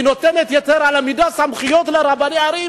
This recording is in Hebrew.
היא נותנת יותר מדי סמכויות לרבני ערים